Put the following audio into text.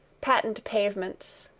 patent pavements,